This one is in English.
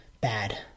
bad